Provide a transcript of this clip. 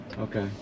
Okay